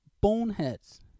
boneheads